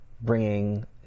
bringing